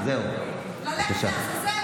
זה מה שאתה אומר לי?